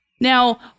Now